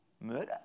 Murder